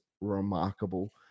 remarkable